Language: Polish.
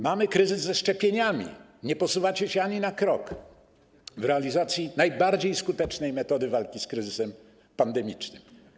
Mamy kryzys ze szczepieniami, nie posuwacie się ani na krok w realizacji najbardziej skutecznej metody walki z kryzysem pandemicznym.